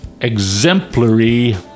exemplary